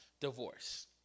divorce